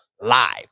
live